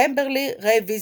"Pemberley Revisited"